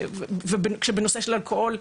בנושא של האלכוהול,